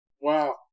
Wow